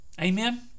Amen